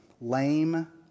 lame